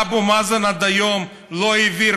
אבו מאזן עד היום לא העביר,